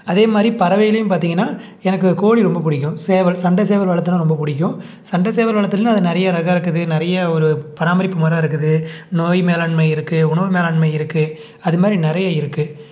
அதே மாதிரி பறவையிலேயும் பார்த்திங்கன்னா எனக்கு கோழி ரொம்ப பிடிக்கும் சேவல் சண்டை சேவல் வளர்த்துனா ரொம்ப பிடிக்கும் சண்டை சேவல் வளர்த்துறதில் அது நிறைய ரகம் இருக்குது நிறையா ஒரு பராமரிப்பு முறை இருக்குது நோய் மேலாண்மை இருக்குது உணவு மேலாண்மை இருக்குது அது மாதிரி நிறைய இருக்குது